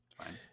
fine